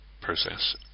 process